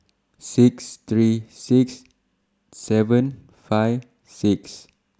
six three six seven five six